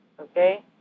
okay